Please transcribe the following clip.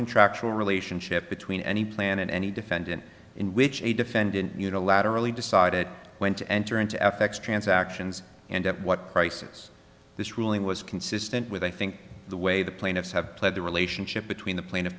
contractual relationship between any plan and any defendant in which a defendant unilaterally decided when to enter into f x transactions and at what prices this ruling was consistent with i think the way the plaintiffs have played the relationship between the pla